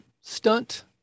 stunt